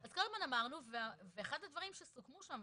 אז כל הזמן אמרנו ואחר הדברים שסוכמו שם,